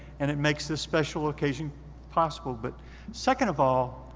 and it makes this special occasion possible. but second of all,